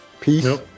Peace